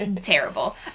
terrible